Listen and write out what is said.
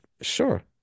sure